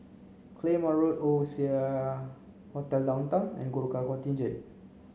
Claymore Road Oasia Hotel Downtown and Gurkha Contingent